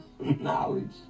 knowledge